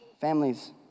Families